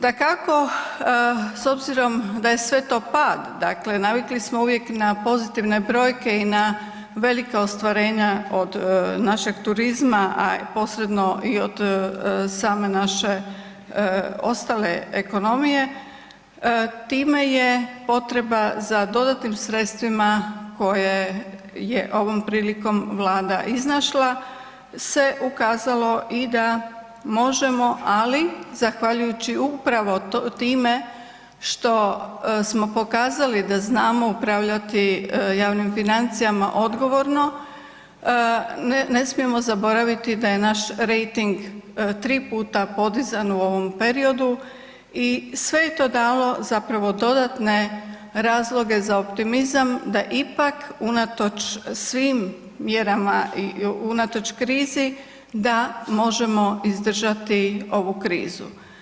Dakako, s obzirom da je sve to pad, dakle, navikli smo uvijek na pozitivne brojke i na velika ostvarenja od našeg turizma, a posredno i od same naše ostale ekonomije, time je potreba za dodatnim sredstvima koje je ovom prilikom Vlada iznašla se ukazalo i da možemo, ali zahvaljujući upravo time što smo pokazali da znamo upravljati javnim financijama odgovorno, ne smijemo zaboraviti da je naš rejting 3 puta podizan u ovom periodu i sve je to dalo zapravo dodatne razloge za optimizam da ipak unatoč svim mjerama i unatoč krizi da možemo izdržati ovu krizu.